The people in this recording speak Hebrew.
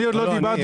אני עוד לא דיברתי,